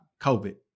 COVID